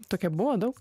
tokia buvo daug